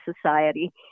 society